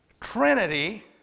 Trinity